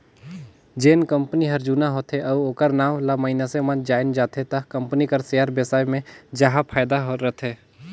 जेन कंपनी हर जुना होथे अउ ओखर नांव ल मइनसे मन जाएन जाथे त कंपनी कर सेयर बेसाए मे जाहा फायदा रथे